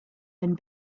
and